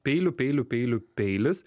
peilių peilių peilių peilis